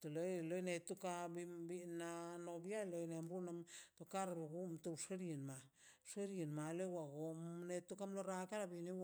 te loi loi ka to karro gon tox xerima xerimal wagon neto karra gon.